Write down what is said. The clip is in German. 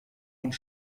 und